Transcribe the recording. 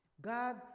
God